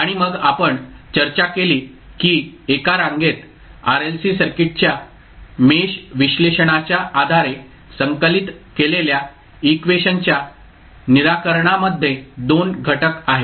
आणि मग आपण चर्चा केली की एका रांगेत RLC सर्किटच्या मेश विश्लेषणाच्या आधारे संकलित केलेल्या इक्वेशनच्या निराकरणामध्ये 2 घटक आहेत